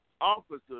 officers